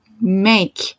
make